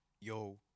Yo